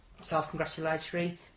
self-congratulatory